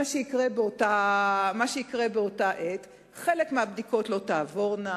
מה שיקרה באותה עת זה שחלק מהבדיקות לא תעבורנה,